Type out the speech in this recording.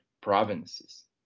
provinces